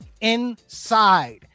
inside